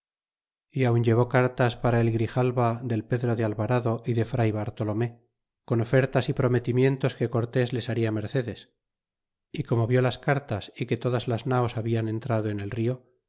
y aun llevó cartas para el grijalva del pedro de ilvaratio y de fr bartolome con ofertas y prometimientos que cortes le haria mercedes y como vie las cartas y que todas las naos hablan entrado en el rio